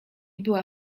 była